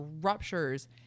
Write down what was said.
ruptures